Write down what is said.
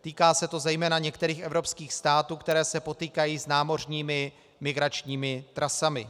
Týká se to zejména některých evropských států, které se potýkají s námořními migračními trasami.